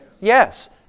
Yes